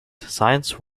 science